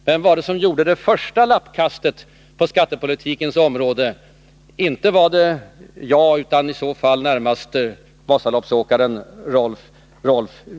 Vem var det som gjorde det första lappkastet på skattepolitikens område? Inte var det jag, utan i så fall närmast Vasaloppsåkaren Rolf Wirtén.